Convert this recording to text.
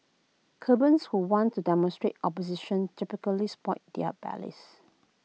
cubans who want to demonstrate opposition typically spoil their ballots